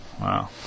Wow